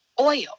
oil